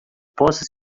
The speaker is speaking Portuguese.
possa